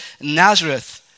Nazareth